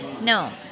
No